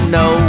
no